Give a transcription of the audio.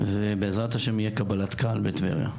ובע"ה תהיה קבלת קהל בטבריה.